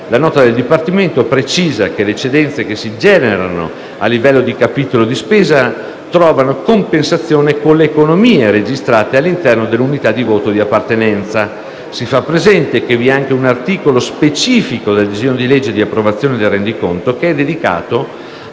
La nota del dipartimento precisa che le eccedenze che si generano a livello di capitolo di spesa trovano compensazione con le economie registrate all'interno dell'unità di voto di appartenenza. Si fa presente che un articolo specifico del disegno di legge di approvazione del rendiconto è dedicato